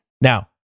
Now